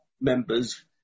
members